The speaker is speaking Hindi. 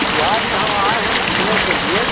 बिहार में हम आए हैं घूमने के लिए